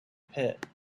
pit